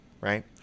right